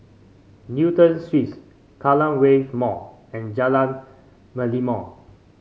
Newton Suites Kallang Wave Mall and Jalan Merlimau